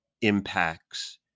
impacts